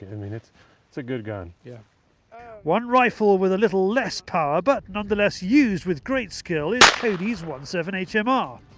i mean it is a good gun. yeah one rifle with a little less power but nonetheless used with great skill is kodee's point one seven h m r.